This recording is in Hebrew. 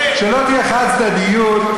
שלא תהיה חד-צדדיות,